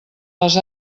les